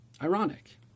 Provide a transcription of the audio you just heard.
ironic